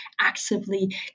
actively